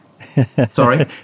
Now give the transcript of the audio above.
Sorry